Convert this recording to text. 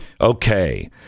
Okay